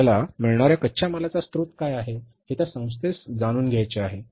आपल्याला मिळणाऱ्या कच्च्या मालाचा स्रोत काय आहे हे त्या संस्थेस जाणून घ्यायचे आहे